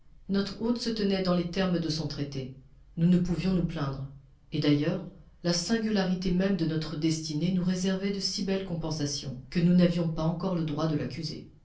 notre hôte se tenait dans les termes de son traité nous ne pouvions nous plaindre et d'ailleurs la singularité même de notre destinée nous réservait de si belles compensations que nous n'avions pas encore le droit de l'accuser